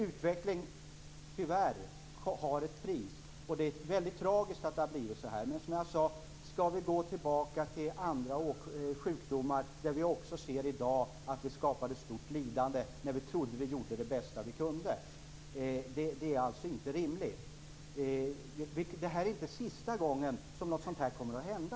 Utveckling har tyvärr ett pris. Det är mycket tragiskt att det har blivit på detta sätt. Men det är inte rimligt om vi skulle gå tillbaka till andra sjukdomar där vi kan se att vi skapade ett stort lidande när vi trodde att vi gjorde det bästa vi kunde. Detta är tyvärr inte sista gången som något sådant kommer att hända.